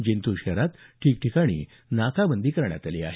जिंतूर शहरात ठिकठिकाणी नाकाबंदी करण्यात आली आहे